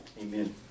Amen